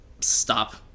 stop